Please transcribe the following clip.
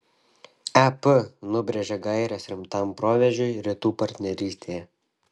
ep nubrėžė gaires rimtam proveržiui rytų partnerystėje